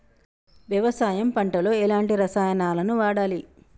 వ్యవసాయం పంట లో ఎలాంటి రసాయనాలను వాడాలి?